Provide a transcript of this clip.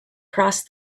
crossed